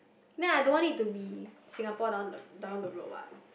then I don't want it to be Singapore down the down the road what